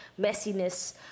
messiness